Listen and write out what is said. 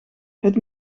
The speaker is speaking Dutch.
het